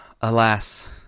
Alas